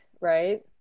right